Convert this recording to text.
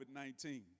COVID-19